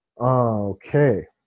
Okay